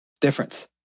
difference